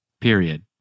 Period